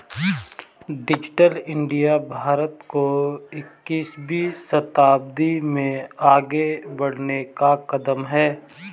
digital India भारत को इक्कीसवें शताब्दी में आगे बढ़ने का कदम है